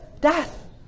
death